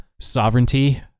sovereignty